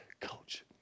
Coach